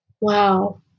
Wow